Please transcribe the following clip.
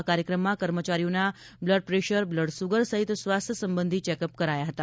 આ કાર્યક્રમમાં કર્મચારીઓના બ્લડપ્રેશર બ્લડ સુગર સહિત સ્વાસ્થ્ય સંબંધી ચેક અપ કરાયા હતા